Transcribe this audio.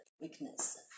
weakness